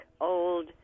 old